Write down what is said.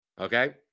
okay